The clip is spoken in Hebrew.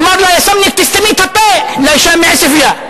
אמר לה היס"מניק: תסתמי את הפה, לאשה מעוספיא.